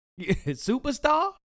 Superstar